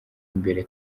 imbere